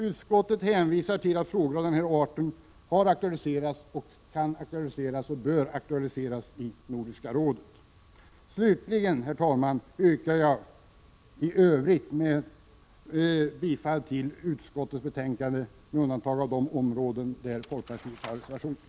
Utskottet hänvisar till att frågor av den arten liksom tidigare bör aktualiseras i Nordiska rådet. Herr talman! Slutligen yrkar jag bifall till utskottets hemställan med undantag för de avsnitt där folkpartiet avgivit reservationer.